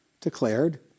declared